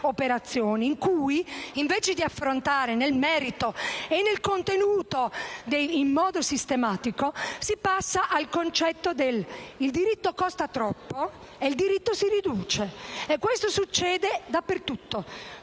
operazioni, invece di affrontare i problemi nel merito e nel contenuto in modo sistematico, si passa al concetto che il diritto costa troppo e, quindi, si riduce. E questo succede dappertutto: